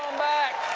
back!